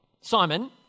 Simon